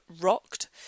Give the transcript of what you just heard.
Rocked